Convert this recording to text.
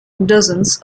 dozens